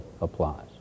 applies